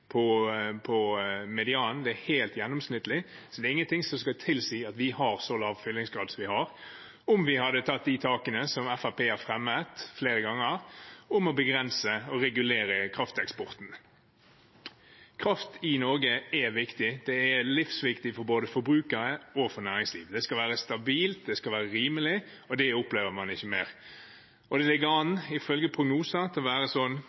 på medianen, det er helt gjennomsnittlig. Det er ingenting som skulle tilsi at vi har så lav fyllingsgrad som vi har, om vi hadde tatt de takene som Fremskrittspartiet har fremmet forslag om flere ganger, om å begrense og regulere krafteksporten. Kraft i Norge er viktig. Det er livsviktig for både forbrukere og for næringslivet. Det skal være stabilt, det skal være rimelig – og det opplever man ikke lenger. Det ligger an til å være sånn